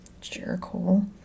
Jericho